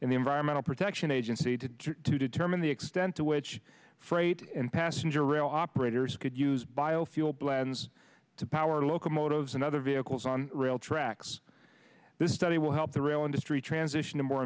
and the environmental protection agency to determine the extent to which freight and passenger rail operators could use biofuel plans to power locomotives and other vehicles on rail tracks the study will help the rail industry transition to more